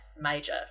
major